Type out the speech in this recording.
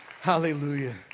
Hallelujah